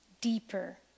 deeper